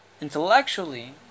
intellectually